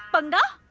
and